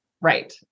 Right